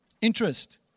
interest